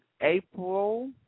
April